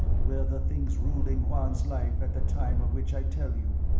were the things ruling juan's life at the time of which i tell you.